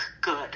good